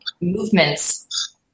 movements